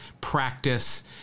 practice